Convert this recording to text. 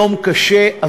יום קשה,